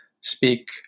speak